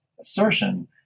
assertion